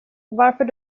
varför